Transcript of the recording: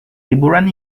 liburan